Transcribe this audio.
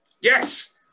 Yes